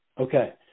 Okay